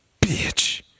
bitch